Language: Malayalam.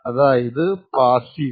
അതായതു പാസ്സീവ്